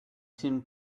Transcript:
tim